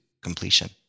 completion